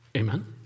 Amen